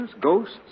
ghosts